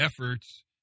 efforts